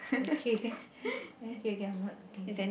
okay okay K I am not looking ya